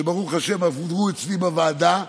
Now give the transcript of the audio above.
שברוך השם עברו אצלי בוועדה,